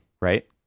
right